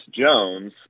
Jones